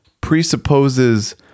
presupposes